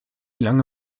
lange